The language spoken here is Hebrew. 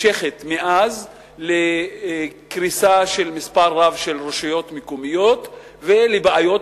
מאז קריסה נמשכת של מספר רב של רשויות מקומיות ולבעיות